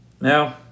Now